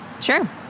Sure